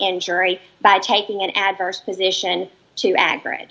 injury by taking an adverse position to a